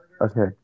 okay